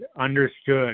understood